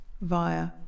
via